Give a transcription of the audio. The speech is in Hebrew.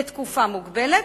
לתקופה מוגבלת,